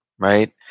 right